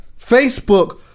Facebook